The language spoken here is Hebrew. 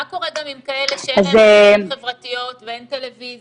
מה קורה גם עם כאלה שאין להם רשתות חברתיות ואין טלוויזיות?